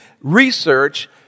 research